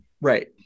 Right